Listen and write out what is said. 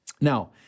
Now